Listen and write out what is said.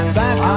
back